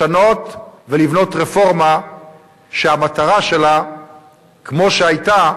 לשנות ולבנות רפורמה שהמטרה שלה כמו שהיתה,